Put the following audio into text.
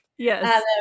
Yes